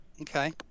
Okay